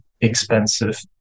expensive